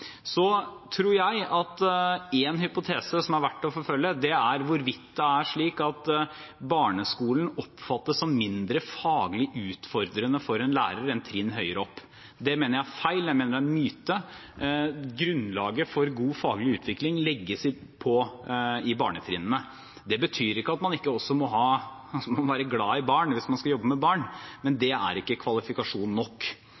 Jeg tror at en hypotese som det er verdt å forfølge, er hvorvidt det er slik at barneskolen oppfattes som mindre faglig utfordrende for en lærer enn trinn høyere opp. Det mener jeg er feil, jeg mener det er en myte. Grunnlaget for god faglig utvikling legges på barnetrinnene. Det betyr ikke at man ikke også må være glad i barn hvis man skal jobbe med barn, men det er ikke kvalifikasjon nok.